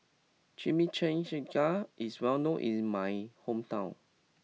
Chimichangas is well known in my hometown